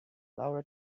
laura